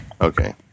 Okay